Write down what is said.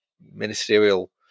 ministerial